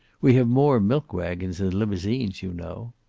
we have more milk-wagons than limousines, you know.